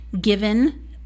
given